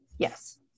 Yes